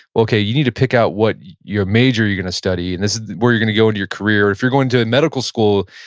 okay, you need to pick out what your major you're going to study. and this is where you're going to go into your career. if you're going to a medical school,